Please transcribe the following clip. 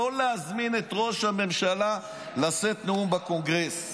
לא להזמין את ראש הממשלה לשאת נאום בקונגרס.